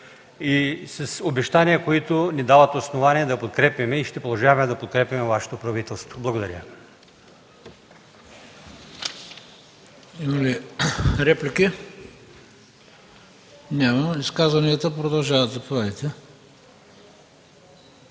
и обещания, които ни дават основания да подкрепяме и ще продължаваме да подкрепяме Вашето правителство. Благодаря.